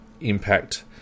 impact